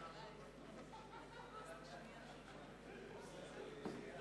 חוק שהייה שלא כדין (איסור סיוע)